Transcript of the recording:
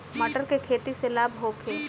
मटर के खेती से लाभ होखे?